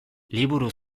liburu